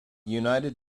united